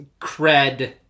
cred